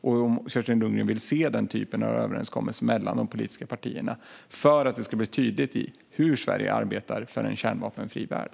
Vill Kerstin Lundgren se den typen av överenskommelse mellan de politiska partierna för att det ska bli tydligt hur Sverige arbetar för en kärnvapenfri värld?